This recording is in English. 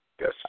yes